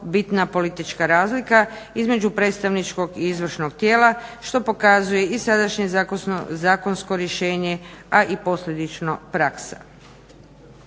bitna politička razlika između predstavničkog i izvršnog tijela što pokazuje i sadašnje zakonsko rješenje, a i posljedično praksa.